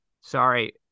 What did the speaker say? sorry